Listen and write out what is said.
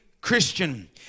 Christian